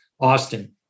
Austin